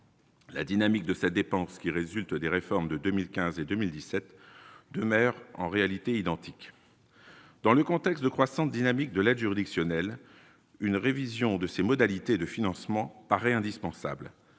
La dynamique de sa dépense qui résultent des réformes de 2015 et 2017 de mer en réalité identique dans le contexte de croissance dynamique de l'aide juridictionnelle, une révision de ses modalités de financement paraît indispensable